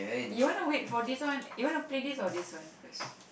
you wanna wait for this one you wanna play this or this first